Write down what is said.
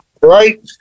Right